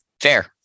Fair